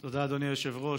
תודה, אדוני היושב-ראש.